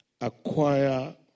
acquire